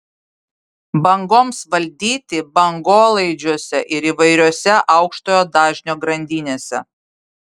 bangoms valdyti bangolaidžiuose ir įvairiose aukštojo dažnio grandinėse